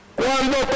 cuando